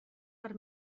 per